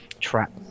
trap